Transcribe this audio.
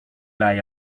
lie